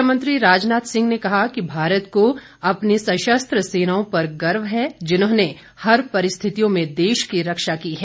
रक्षामंत्री राजनाथ सिंह ने कहा कि भारत को अपनी सशस्त्र सेनाओं पर गर्व है जिन्होंने हर परिस्थितियों में देश की रक्षा की है